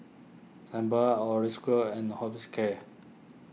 Sebamed Osteocare and Hospicare